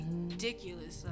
ridiculous